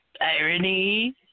Irony